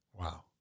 Wow